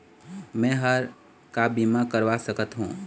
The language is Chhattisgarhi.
मैं हर का बीमा करवा सकत हो?